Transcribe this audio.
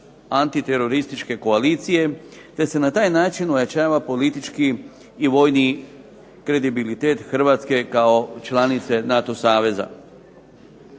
antiterorističke koalicije te se na taj način ojačava politički i vojni kredibilitet Hrvatske kao članice NATO saveza.